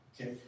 Okay